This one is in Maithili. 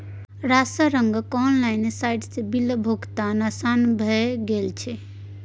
रास रंगक ऑनलाइन साइटसँ बिलक भोगतान आसान भए गेल छै